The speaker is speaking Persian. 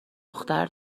دختر